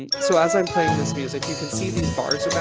and so as i'm playing this music, you can see these bars